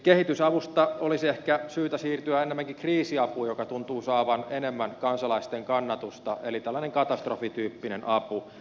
kehitysavusta olisi ehkä syytä siirtyä ennemminkin kriisiapuun joka tuntuu saavan enemmän kansalaisten kannatusta eli tällaiseen katastrofityyppiseen apuun